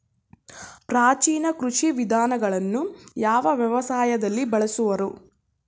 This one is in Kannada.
ಪ್ರಾಚೀನ ಕೃಷಿ ವಿಧಾನಗಳನ್ನು ಯಾವ ವ್ಯವಸಾಯದಲ್ಲಿ ಬಳಸುವರು?